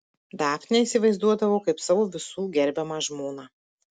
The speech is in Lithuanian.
dafnę įsivaizduodavo kaip savo visų gerbiamą žmoną